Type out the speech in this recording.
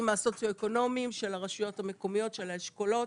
הסוציו-אקונומיים של הרשויות המקומיות של האשכולות,